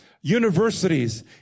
universities